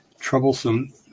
Troublesome